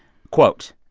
quote,